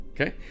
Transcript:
okay